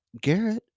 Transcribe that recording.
Garrett